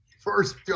first